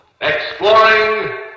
Exploring